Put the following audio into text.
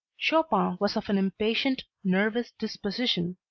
chopin was of an impatient, nervous disposition.